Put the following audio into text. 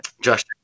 Josh